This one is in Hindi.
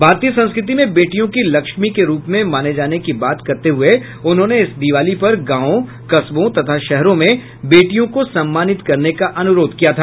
भारतीय संस्कृति में बेटियों को लक्ष्मी के रूप में माने जाने की बात करते हुए उन्होंने इस दिवाली पर गांवों कस्बों तथा शहरों में बेटियों को सम्मानित करने का अनुरोध किया था